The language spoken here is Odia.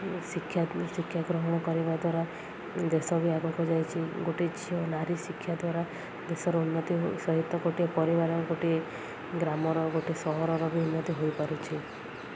ଶିକ୍ଷା ଶିକ୍ଷା ଗ୍ରହଣ କରିବା ଦ୍ୱାରା ଦେଶ ବି ଆଗକୁ ଯାଇଛିି ଗୋଟେ ଝିଅ ନାରୀ ଶିକ୍ଷା ଦ୍ୱାରା ଦେଶର ଉନ୍ନତି ସହିତ ଗୋଟିଏ ପରିବାର ଗୋଟିଏ ଗ୍ରାମର ଗୋଟଏ ସହରର ବି ଉନ୍ନତି ହୋଇପାରୁଛି